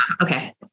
Okay